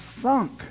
sunk